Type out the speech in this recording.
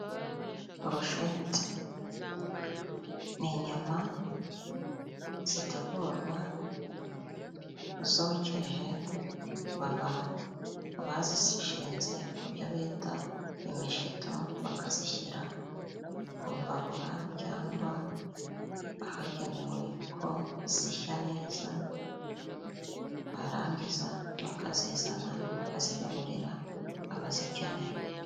Broshete ni inyama zitegurwa zokeje, baba bazishinze ku byo bita "imishito" bakazishyira ku mbabura, cyangwa ahagenewe ko zishya neza, barangiza bakazizana bakazigaburira abazikeneye.